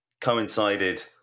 coincided